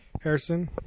Harrison